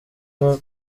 nko